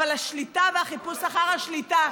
אבל השליטה והחיפוש אחר השליטה,